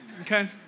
okay